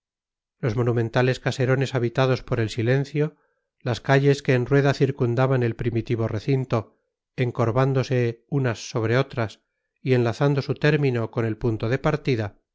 los monumentales caserones habitados por el silencio las calles que en rueda circundaban el primitivo recinto encorvándose unas sobre otras y enlazando su término con el punto de partida